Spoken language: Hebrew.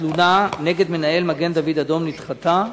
התלונה נגד מנהל מגן-דוד-אדום נדחתה,